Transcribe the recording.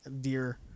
Dear